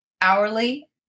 Hourly